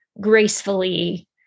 gracefully